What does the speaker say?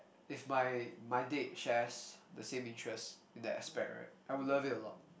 if my my date has the same interests in that aspect right I would love it a lot